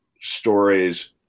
stories